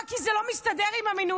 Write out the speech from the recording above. מה, כי זה לא מסתדר עם המינויים?